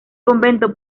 convento